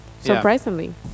surprisingly